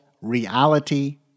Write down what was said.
reality